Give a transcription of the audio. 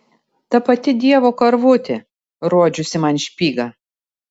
ta pati dievo karvutė rodžiusi man špygą